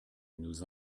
nous